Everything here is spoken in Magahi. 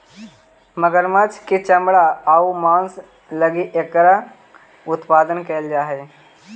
मगरमच्छ के चमड़ा आउ मांस लगी एकरा उत्पादन कैल जा हइ